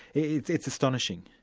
it's it's astonishing.